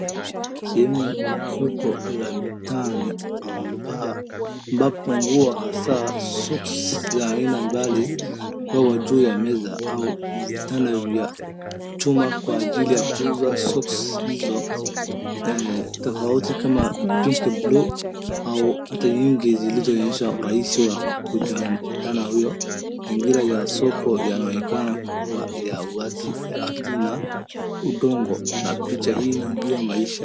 Sehumu tuko ni ya mitaa ambapo nguo hasa socks za aina mbali. Zimepangwa juu ya meza au vitana vya chuma kwa ajili ya kuuza socks hizo. Tofauti kama pinki blue au hata nyingi zilizoonyesha urahisi wa kujandana . Mazingira ya soko yanaonekana kuwa ya wazi ya ardhi na udongo na picha hii inaonyesha maisha.